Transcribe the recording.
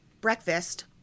breakfast